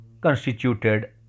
constituted